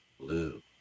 blue